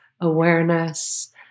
awareness